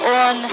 on